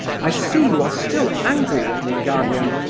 i see you are still angry with me, gania!